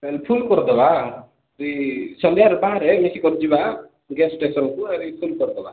simple କରିଦେବା ତୁଇ ସନ୍ଧ୍ୟାରେ ବାହାରେ ଏମିତି କରିଯିବା ଗେଟ ଷ୍ଟେସନ୍କୁ ଆଉ ରିକଲ୍ କରିଦେବା